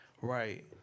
Right